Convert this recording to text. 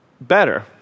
better